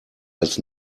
als